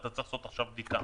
אתה חייב בבדיקה עכשיו.